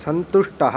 सन्तुष्टः